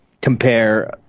compare